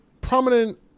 prominent